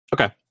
okay